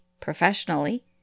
professionally